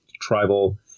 tribal